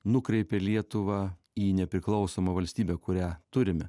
nukreipė lietuvą į nepriklausomą valstybę kurią turime